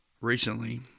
Recently